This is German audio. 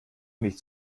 nicht